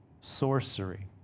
sorcery